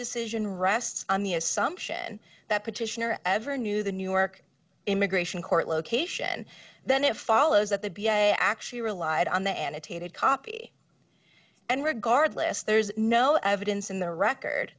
decision rests on the assumption that petitioner ever knew the new york immigration court location then it follows that the b s a actually relied on the annotated copy and regardless there is no evidence in the record